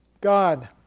god